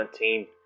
2017